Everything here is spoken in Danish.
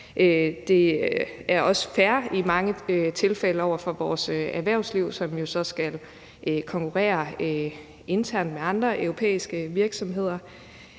Det er også fair i mange tilfælde over for vores erhvervsliv, som så skal konkurrere internt med andre europæiske virksomheder.